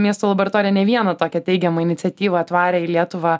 miesto laboratorija ne vieną tokią teigiamą iniciatyvą atvarė į lietuvą